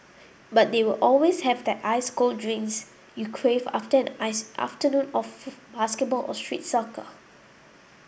but they will always have that ice cold drinks you crave after an ice afternoon of basketball or street soccer